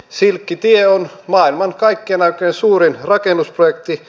silkkitie on maailman kaikkien aikojen suurin rakennusprojekti